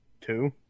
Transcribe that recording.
Two